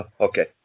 Okay